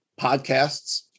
podcasts